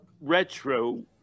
retro